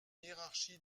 hiérarchie